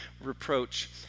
reproach